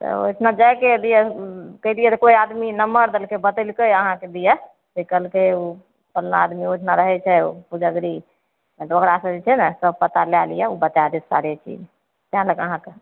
तऽ ओहिठिना जाइके दिअ कहि दिअ तऽ कोइ आदमी नम्बर देलकय बतेलकय अहाँके दिये कहलकय उ फल्लाँ आदमी ओहिठिना रहय छै ओ पुजगरी तऽ ओकरासँ जे छै ने सभ पता लए लिअऽ उ बता देब सारे चीज तैँ लग अहाँके